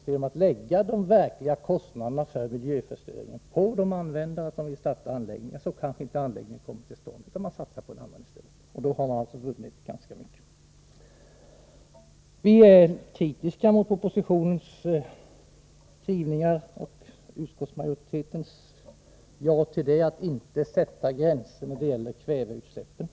Genom att lägga de verkliga kostnaderna för miljöförstöringen på de användare som vill starta anläggningar kanske man åstadkommer att anläggningen inte kommer till stånd. Vederbörande satsar på en annan anläggning i stället, och då har man alltså vunnit ganska mycket. Vi är kritiska mot propositionens skrivningar och utskottsmajoritetens ja till att inte sätta gränser när det gäller kväveutsläppen.